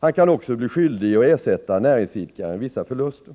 Han kan också bli skyldig att ersätta näringsidkaren vissa förluster.